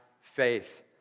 faith